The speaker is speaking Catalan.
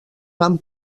van